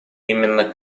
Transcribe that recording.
именно